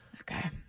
Okay